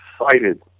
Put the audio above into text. excited